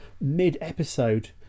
mid-episode